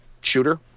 shooter